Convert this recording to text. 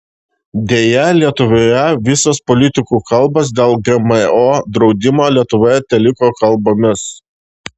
deja lietuvoje visos politikų kalbos dėl gmo draudimo lietuvoje teliko kalbomis